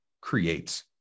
creates